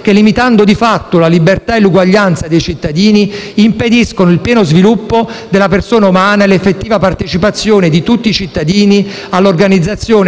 che, limitando di fatto la libertà e l'eguaglianza dei cittadini, impediscono il pieno sviluppo della persona umana e l'effettiva partecipazione di tutti i lavoratori all'organizzazione